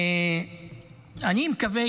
אני מקווה